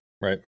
Right